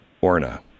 Orna